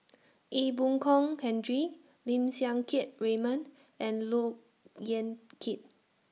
Ee Boon Kong Henry Lim Siang Keat Raymond and Look Yan Kit